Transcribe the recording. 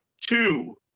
Two